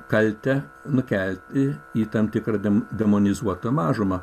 kaltę nukelti į tam tikrą de demonizuotą mažumą